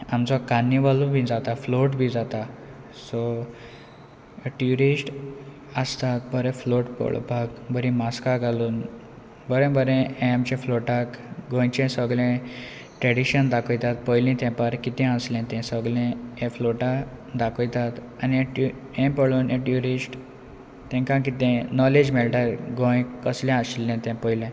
आमचो कान्नीवलू बी जाता फ्लोट बी जाता सो ट्युरिस्ट आसता बरे फ्लोट पळोवपाक बरी मास्कां घालून बरें बरें हें आमच्या फ्लोटाक गोंयचे सगळें ट्रेडिशन दाखयतात पयलीं तेंपार कितें आसलें तें सगलें हें फ्लोटां दाखयतात आनी हे पळोवन हे ट्युरिस्ट तांकां कितें नॉलेज मेळटा गोंय कसलें आशिल्ले ते पयलें